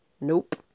Nope